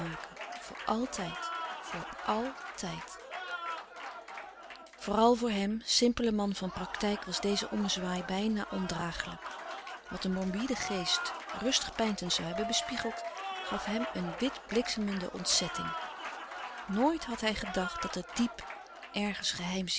voor altijd voor altijd vooral voor hem simpelen man van praktijk was deze ommezwaai bijna ondragelijk wat een morbide geest rustig peinzend zoû hebben bespiegeld gaf hem een wit bliksemende ontzetting nooit had hij gedacht dat er diep ergens